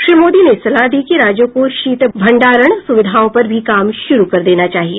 श्री मोदी ने सलाह दी कि राज्यों को शीत भंडारण सुविधाओं पर भी काम शुरू कर देना चाहिए